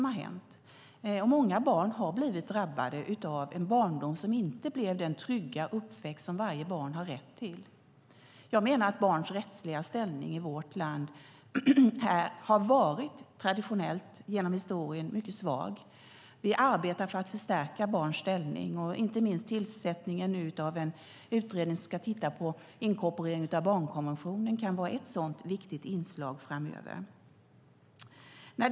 Många barn har drabbats av en barndom som inte blev den trygga uppväxt som varje barn har rätt till. Jag menar att barns rättsliga ställning i vårt land traditionellt genom historien har varit mycket svag. Vi arbetar för att förstärka barns ställning. Inte minst tillsättningen av en utredning som ska titta på inkorporeringen av barnkonventionen kan vara ett sådant viktigt inslag framöver.